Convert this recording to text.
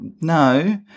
no